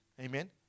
Amen